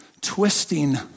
twisting